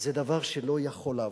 זה דבר שלא יכול לעבור.